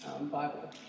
Bible